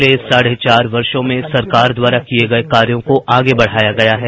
पिछले साढ़े चार वर्षों में सरकार द्वारा किए गए कार्यों को आगे बढ़ाया गया है